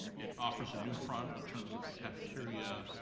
it offers a new front in terms of the cafeteria,